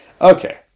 Okay